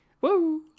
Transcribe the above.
Woo